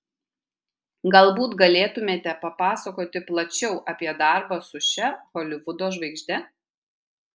galbūt galėtumėte papasakoti plačiau apie darbą su šia holivudo žvaigžde